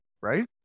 right